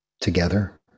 together